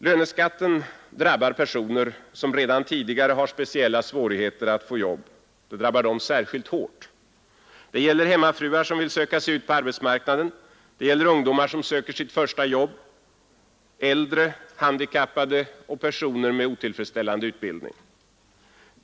Löneskatten drabbar särskilt hårt personer som redan tidigare har speciella svårigheter att få jobb. Det gäller hemmafruar som vill söka sig ut på arbetsmarknaden, ungdomar som söker sitt första jobb, äldre, handikappade och personer med otillfredsställande utbildning.